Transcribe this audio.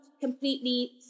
completely